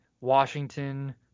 Washington